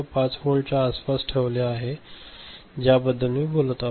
5 volt च्या आसपास ठेवले आहे ज्याबद्दल मी बोलत होतो